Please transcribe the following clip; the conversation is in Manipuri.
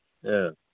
ꯑ